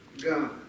God